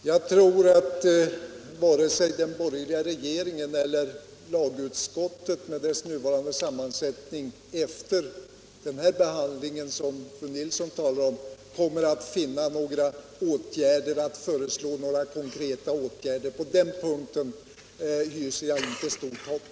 Herr talman! Jag tror att varken den borgerliga regeringen eller lagutskottet med dess nuvarande sammansättning, efter den behandling som fru Nilsson i Sunne talar om, kommer att föreslå några konkreta åtgärder. På den punkten hyser jag inte stort hopp.